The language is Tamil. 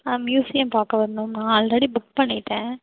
மியூசியம் பார்க்க வரணும் நான் ஆல்ரெடி புக் பண்ணிவிட்டேன்